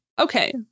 Okay